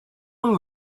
will